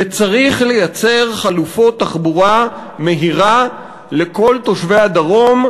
וצריך לייצר חלופות תחבורה מהירה לכל תושבי הדרום,